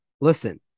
listen